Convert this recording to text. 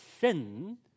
sin